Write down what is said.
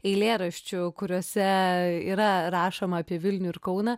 eilėraščių kuriuose yra rašoma apie vilnių ir kauną